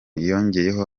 yongeyeho